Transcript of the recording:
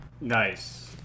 Nice